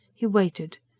he waited.